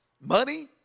Money